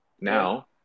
Now